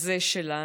הזה שלנו.